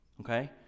Okay